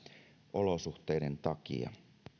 olosuhteiden takia